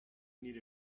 need